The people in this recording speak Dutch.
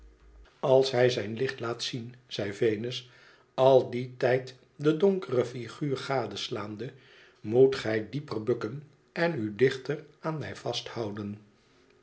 als hij zijn licht laat zien zei venus al dien tijd de donkere figuur gadeslaande moet gij dieper bukken en u dichter aan mij vasthouden